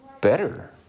better